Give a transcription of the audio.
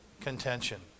Contention